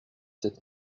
sept